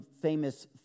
famous